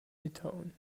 litauen